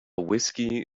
whiskey